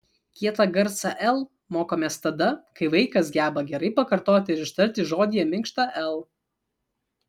kietą garsą l mokomės tada kai vaikas geba gerai pakartoti ir ištarti žodyje minkštą l